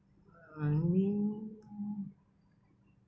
I mean